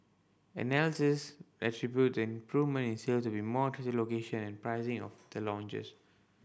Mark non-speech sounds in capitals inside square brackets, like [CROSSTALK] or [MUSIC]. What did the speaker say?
analysis attributed the improvement in sale to be more [UNINTELLIGIBLE] location and pricing of the launches